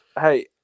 Hey